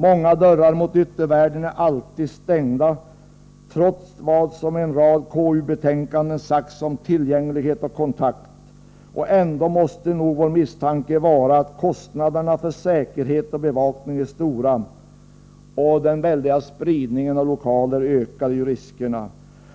Många dörrar mot yttervärlden är alltid stängda — trots vad som sagts i en rad KU-betänkanden om tillgänglighet och kontakt. Ändå måste nog vår misstanke vara att kostnaderna för säkerhet och bevakning är stora. Den stora spridningen av lokaler ökar ju riskerna.